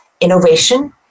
innovation